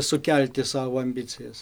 sukelti savo ambicijas